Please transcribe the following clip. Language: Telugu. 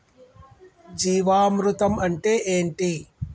జీవామృతం అంటే ఏంటి?